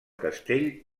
castell